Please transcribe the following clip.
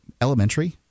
Elementary